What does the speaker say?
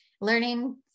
learning